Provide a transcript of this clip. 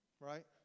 right